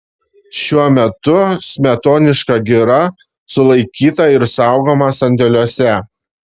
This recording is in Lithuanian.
šiuo metu smetoniška gira sulaikyta ir saugoma sandėliuose